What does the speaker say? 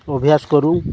ଅଭ୍ୟାସ କରୁ